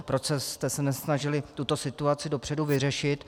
Proč jste se nesnažili tuto situaci dopředu vyřešit?